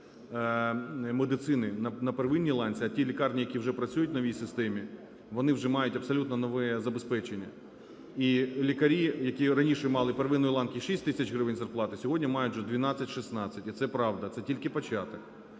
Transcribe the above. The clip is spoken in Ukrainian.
медицини на первинній ланці, а ті лікарні, які вже працюють в новій системі, вони вже мають абсолютно нове забезпечення? І лікарі, які раніше мали первинної ланки 6 тисяч гривень зарплати, сьогодні мають вже 12-16. І це правда. Це тільки початок.